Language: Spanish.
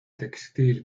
textil